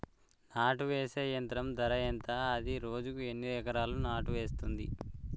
నాటు వేసే యంత్రం ధర ఎంత? అది రోజుకు ఎన్ని ఎకరాలు నాటు వేస్తుంది?